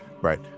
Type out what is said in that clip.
Right